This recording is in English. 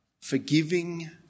forgiving